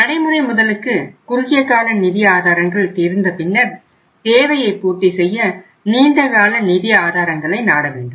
நடைமுறை முதலுக்கு குறுகிய கால நிதி ஆதாரங்கள் தீர்ந்த பின்னர் தேவையை பூர்த்திசெய்ய நீண்ட கால நிதி ஆதாரங்களை நாடவேண்டும்